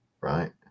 right